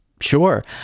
sure